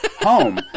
home